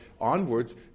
onwards